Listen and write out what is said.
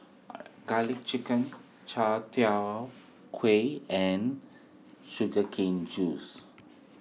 Garlic Chicken Chai Tow Kuay and Sugar Cane Juice